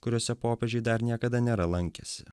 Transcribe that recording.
kuriose popiežiai dar niekada nėra lankęsi